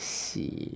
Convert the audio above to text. see